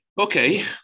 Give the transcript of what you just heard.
Okay